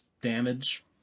damage